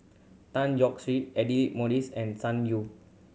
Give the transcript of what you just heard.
Tan Yee Hong Aidli Mosbit and Sun Yee